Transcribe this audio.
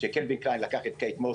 כשקלווין קליין לקח את קייט מוס